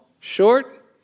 short